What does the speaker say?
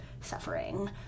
suffering